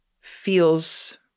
feels